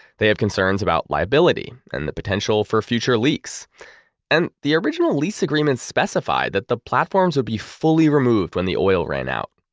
they have concerns about liability and the potential for future leaks and the original lease agreements specified that the platforms would be fully removed when the oil ran out.